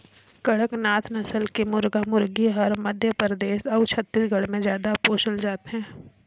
कड़कनाथ नसल के मुरगा मुरगी हर मध्य परदेस अउ छत्तीसगढ़ में जादा पोसल जाथे